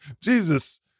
Jesus